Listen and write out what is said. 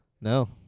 No